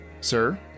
Sir